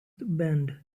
bend